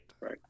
Right